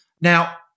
Now